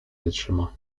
wytrzyma